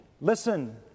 listen